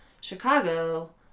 Chicago